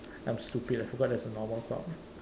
I'm stupid I forgot there's a normal clock